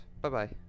Bye-bye